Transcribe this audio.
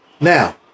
now